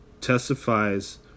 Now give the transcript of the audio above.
testifies